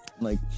Like-